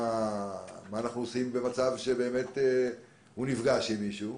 מה אנחנו עושים במצב בו הוא באמת נפגש עם מישהו,